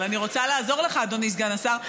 אבל אני רוצה לעזור לך, אדוני סגן השר.